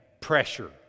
pressure